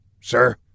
Sir